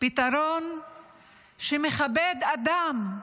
פתרון שמכבד אדם,